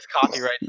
copyright